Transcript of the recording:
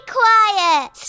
quiet